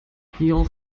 hier